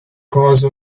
cause